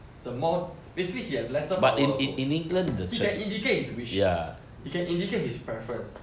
the mor~ basically he has lesser power also indicate he can indicate his wish he can indicate his preference